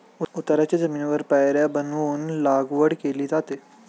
उताराच्या जमिनीवर पायऱ्या बनवून लागवड केली जाते